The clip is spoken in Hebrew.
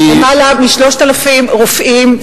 למעלה מ-3,000 רופאים,